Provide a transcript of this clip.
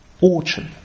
Orchard